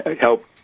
help